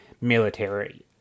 military